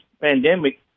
pandemic